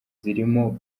zirimo